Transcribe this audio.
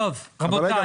רגע,